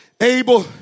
Abel